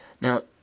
Now